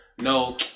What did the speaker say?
no